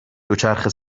دوچرخه